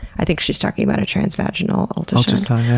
i think she's talking about a transvaginal ultrasound.